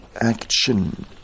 action